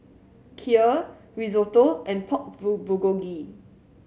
Kheer Risotto and Pork Bul Bulgogi